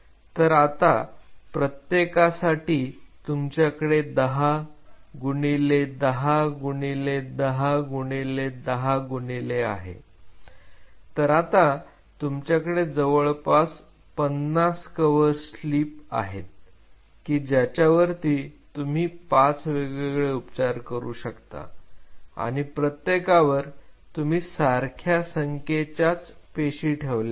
तर आता प्रत्येकासाठी तुमच्याकडे 10 गुणिले 10 गुणिले 10 गुणिले 10 गुणिले आहे तर आता तुमच्याकडे जवळपास 50 कव्हर स्लिप आहेत की ज्याच्या वरती तुम्ही 5 वेगवेगळे उपचार करू शकता आणि प्रत्येकावर तुम्ही सारख्या संख्येच्या पेशी ठेवल्या आहेत